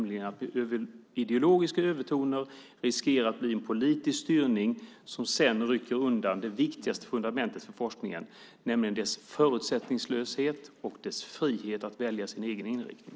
Ideologiska övertoner riskerar att bli en politisk styrning som sedan rycker undan det viktigaste fundamentet för forskningen, nämligen dess förutsättningslöshet och dess frihet att välja sin egen inriktning.